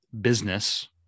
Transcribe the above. business